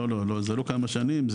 לא, לא, זה לא כמה שנים.